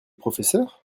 professeur